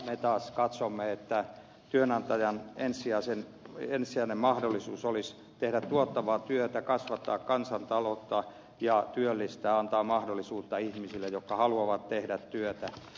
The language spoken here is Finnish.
me taas katsomme että työnantajan ensisijainen mahdollisuus olisi tehdä tuottavaa työtä kasvattaa kansantaloutta ja työllistää antaa mahdollisuus ihmisille jotka haluavat tehdä työtä